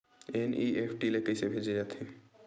NEFT ले कइसे भेजे जाथे?